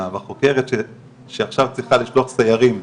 והחוקרת שעכשיו צריכה לשלוח סיירים,